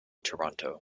toronto